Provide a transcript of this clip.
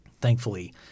thankfully